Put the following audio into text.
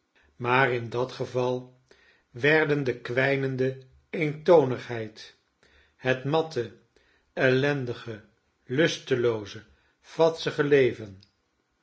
maar in dat geval werden de kwijnende eentonigheid het matte ellendige lustelooze vadsige leven